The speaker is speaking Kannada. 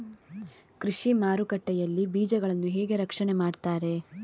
ಕೃಷಿ ಮಾರುಕಟ್ಟೆ ಯಲ್ಲಿ ಬೀಜಗಳನ್ನು ಹೇಗೆ ರಕ್ಷಣೆ ಮಾಡ್ತಾರೆ?